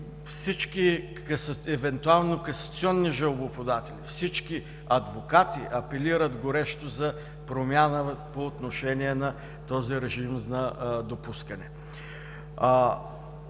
Всички евентуално касационни жалбоподатели, всички адвокати апелират горещо за промяна по отношение на този режим на допускане.